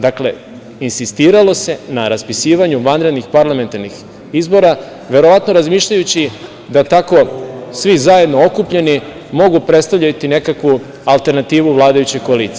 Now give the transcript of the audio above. Dakle, insistiralo se na raspisivanju vanrednih parlamentarnih izbora, verovatno razmišljajući da tako svi zajedno okupljeni mogu predstavljati nekakvu alternativu vladajućoj koaliciji.